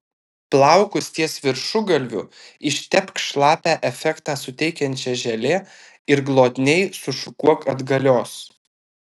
plaukus ties viršugalviu ištepk šlapią efektą suteikiančia želė ir glotniai sušukuok atgalios